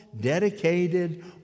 dedicated